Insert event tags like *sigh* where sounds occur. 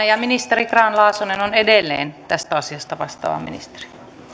*unintelligible* ja ministeri grahn laasonen on edelleen tästä asiasta vastaava ministeri